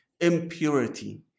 impurity